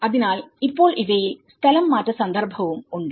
അതിനാൽ ഇപ്പോൾ ഇവയിൽ സ്ഥലംമാറ്റ സന്ദർഭവും ഉണ്ട്